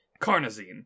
Carnazine